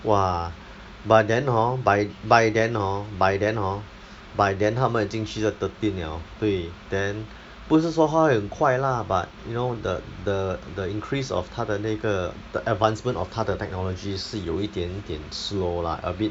!wah! but then hor by by then hor by then hor by then 他们已经去到 thirteen liao 对 then 不是说它会很快 lah but you know the the the increase of 它的那个 the advancement of 它的 technology 是有一点点 slow lah a bit